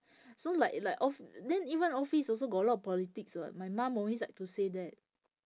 so like like of~ then even office also got a lot of politics [what] my mum always like to say that